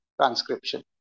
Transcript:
transcription